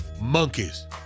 Monkeys